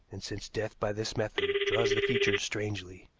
and since death by this method draws the features strangely,